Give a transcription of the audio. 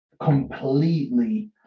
completely